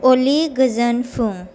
अली गोजोन फुं